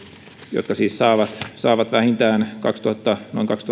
jotka siis saavat saavat vähintään noin kaksituhattaviisisataa viiva kaksituhattakuusisataa